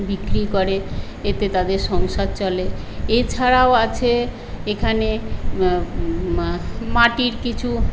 বিক্রি করে এতে তাদের সংসার চলে এছাড়াও আছে এখানে মাটির কিছু